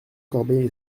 corbeil